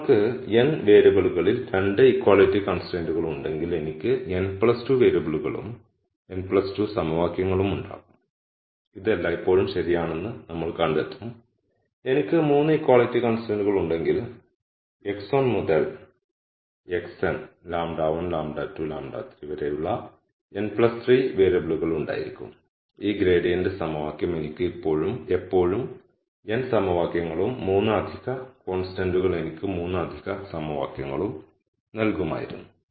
നിങ്ങൾക്ക് n വേരിയബിളുകളിൽ 2 equality കൺസ്ട്രൈന്റുകൾ ഉണ്ടെങ്കിൽ എനിക്ക് n 2 വേരിയബിളുകളും n 2 സമവാക്യങ്ങളും ഉണ്ടാകും ഇത് എല്ലായ്പ്പോഴും ശരിയാണെന്ന് നമ്മൾ കണ്ടെത്തും എനിക്ക് 3 ഇക്വാളിറ്റി കൺസ്ട്രൈന്റുകൾ ഉണ്ടെങ്കിൽ എനിക്ക് x1 മുതൽ xn λ1 λ2 λ3 വരെയുള്ള n 3 വേരിയബിളുകൾ ഉണ്ടായിരിക്കും ഈ ഗ്രേഡിയന്റ് സമവാക്യം എനിക്ക് എപ്പോഴും n സമവാക്യങ്ങളും 3 അധിക കോൺസ്റ്റന്റുകൾ എനിക്ക് 3 അധിക സമവാക്യങ്ങളും നൽകുമായിരുന്നു